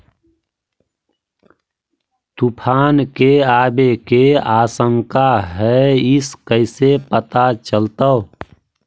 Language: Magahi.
तुफान के आबे के आशंका है इस कैसे पता चलतै?